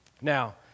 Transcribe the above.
Now